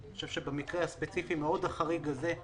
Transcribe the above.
ואני חושב שבמקרה הספציפי והמאוד חריג הזה,